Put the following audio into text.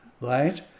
right